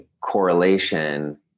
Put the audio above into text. correlation